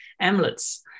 amulets